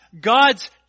God's